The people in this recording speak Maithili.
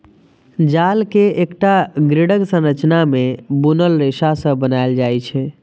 जाल कें एकटा ग्रिडक संरचना मे बुनल रेशा सं बनाएल जाइ छै